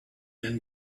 then